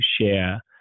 share